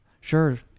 Sure